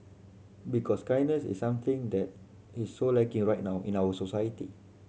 because kindness is something that is so lacking right now in our society